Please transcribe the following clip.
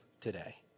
Today